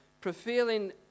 prevailing